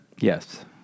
Yes